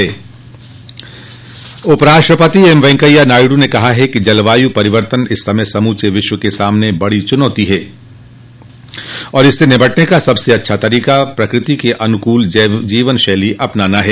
उपराष्ट्रपति एम वेंकैया नायडू ने कहा है कि जलवायु परिवर्तन इस समय समूचे विश्व के सामने बड़ी चुनौती है और इससे निपटने का सबस अच्छा तरीका प्रकृति के अनुकूल जीवन शैली अपनाना है